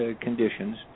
conditions